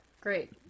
Great